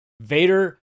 Vader